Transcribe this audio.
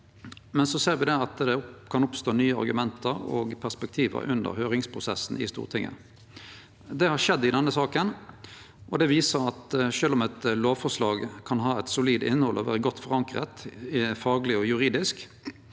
men så ser vi at det kan oppstå nye argument og perspektiv under høyringsprosessen i Stortinget. Det har skjedd i denne saka, og det viser at sjølv om eit lovforslag kan ha eit solid innhald og vere godt forankra fagleg og juridisk